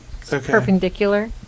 perpendicular